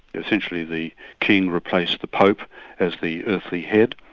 essentially the king replaced the pope as the earthly head.